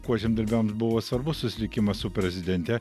kuo žemdirbiams buvo svarbus susitikimas su prezidente